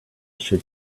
should